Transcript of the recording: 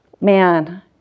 man